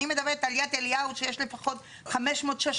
אני מדברת על יד אליהו, שיש להם לפחות 500 או 600